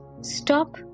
Stop